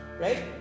right